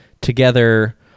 together